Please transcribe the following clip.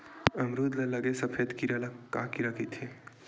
अमरूद म लगे सफेद कीरा ल का कीरा कइथे?